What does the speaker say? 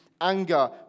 Anger